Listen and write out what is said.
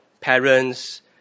parents